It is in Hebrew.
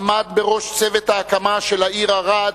עמד בראש צוות ההקמה של העיר ערד,